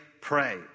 pray